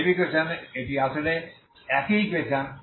wave equation এটি আসলে একই ইকুয়েশন